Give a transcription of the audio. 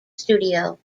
studio